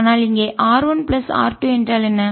ஆனால் இங்கே r 1 plus r 2 என்றால் என்ன